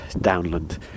downland